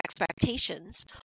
expectations